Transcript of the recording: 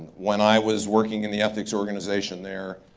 when i was working in the ethics organization there,